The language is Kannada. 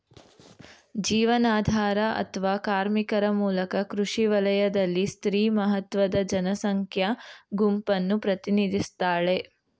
ಜೀವನಾಧಾರ ಅತ್ವ ಕಾರ್ಮಿಕರ ಮೂಲಕ ಕೃಷಿ ವಲಯದಲ್ಲಿ ಸ್ತ್ರೀ ಮಹತ್ವದ ಜನಸಂಖ್ಯಾ ಗುಂಪನ್ನು ಪ್ರತಿನಿಧಿಸ್ತಾಳೆ